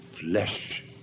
flesh